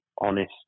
honest